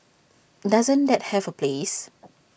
doesn't that have A place